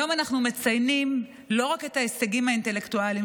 היום אנחנו מציינים לא רק את ההישגים האינטלקטואליים